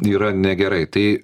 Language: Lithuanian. yra negerai tai